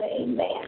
amen